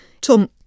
Tom